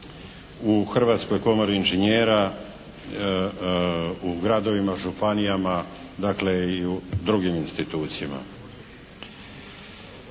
u Hrvatskoj komori inženjera u gradovima, županijama dakle i u drugim institucijama.